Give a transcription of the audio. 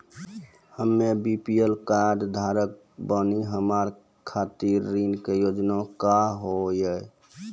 हम्मे BPL card धारक बानि हमारा खातिर ऋण के योजना का होव हेय?